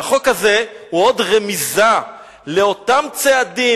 והחוק הזה הוא עוד רמיזה לאותם צעדים,